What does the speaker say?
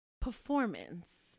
performance